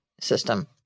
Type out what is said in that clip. system